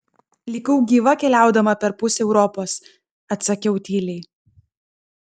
likau gyva keliaudama per pusę europos atsakiau tyliai